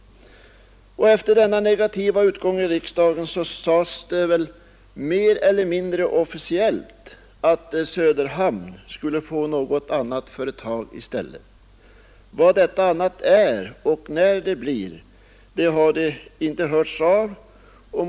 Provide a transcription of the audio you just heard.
Efter denna negativa och beklagliga utgång i riksdagen sades det mer eller mindre officiellt att Söderhamn skulle få något annat företag i stället. Vilket detta skulle bli och när det skulle ske har inte hörts något om.